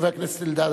חבר הכנסת אלדד.